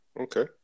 Okay